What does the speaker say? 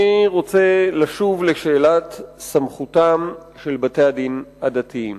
אני רוצה לשוב לשאלת סמכותם של בתי-הדין הדתיים.